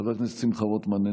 חבר הכנסת שמחה רוטמן,